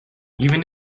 even